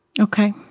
Okay